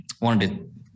wanted